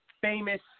famous